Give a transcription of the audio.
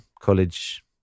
college